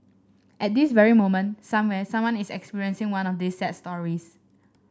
at this very moment somewhere someone is experiencing one of these sad stories